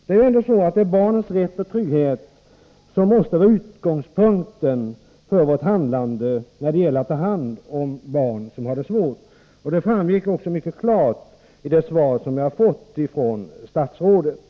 Det är ändå barnens rätt och trygghet som måste vara utgångspunkten för vårt handlande när det gäller att ta hand om barn som har det svårt. Det framgick också mycket klart av det svar jag har fått från statsrådet.